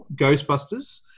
Ghostbusters